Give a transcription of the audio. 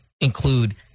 include